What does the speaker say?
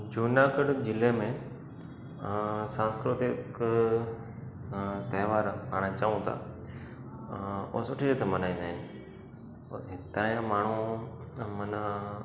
जूनागढ़ जिले में सांस्कृतिक तहिंवार पाण चऊं था उहे सुठी रीति मल्हाईंदा आहिनि हितां जा माण्हू मन